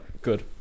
Good